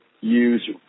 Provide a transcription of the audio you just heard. use